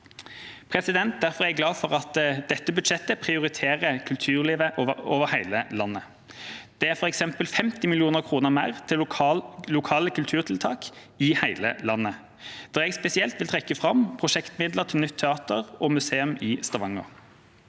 budsjetter. Derfor er jeg glad for at dette budsjettet prioriterer kulturlivet over hele landet. Det er f.eks. 50 mill. kr mer til lokale kulturtiltak i hele landet. Jeg vil spesielt trekke fram prosjektmidler til nytt teater og museum i Stavanger.